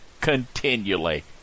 continually